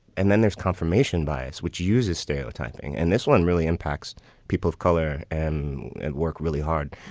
and then there's confirmation bias which uses stereotyping. and this one really impacts people of color. and and work really hard.